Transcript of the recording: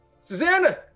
Susanna